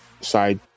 side